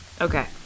Okay